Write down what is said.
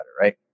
right